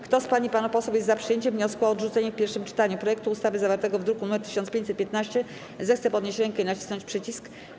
Kto z pań i panów posłów jest za przyjęciem wniosku o odrzucenie w pierwszym czytaniu projektu ustawy zawartego w druku nr 1515, zechce podnieść rękę i nacisnąć przycisk.